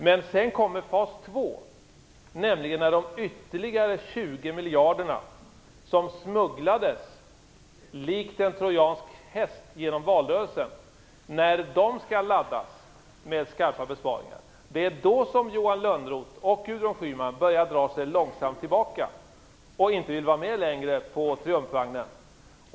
Sedan kommer fas två, då de ytterligare 20 miljarderna, som smugglades likt en trojansk häst genom valrörelsen, skall laddas med skarpa besparingar. Det är då som Johan Lönnroth och Gudrun Schyman långsamt börjar dra sig tillbaka och inte längre vill vara med på triumfvagnen.